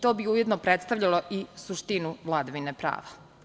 To bi ujedno predstavljalo i suštinu vladavine prava.